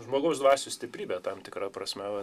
žmogaus dvasios stiprybė tam tikra prasme